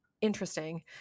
interesting